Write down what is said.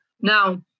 now